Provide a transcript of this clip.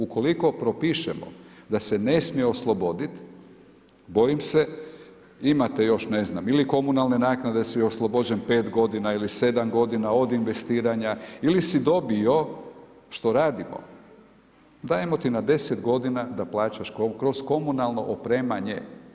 Ukoliko propišemo da se ne smije osloboditi, bojim se, imate još ne znam, ili komunalne naknade si oslobođen 5 godina ili 7 godina od investiranja, ili si dobio što radimo, dajemo ti na 10 godina da plaćaš kroz komunalno opremanje.